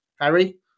Harry